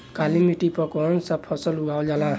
काली मिट्टी पर कौन सा फ़सल उगावल जाला?